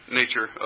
nature